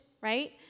right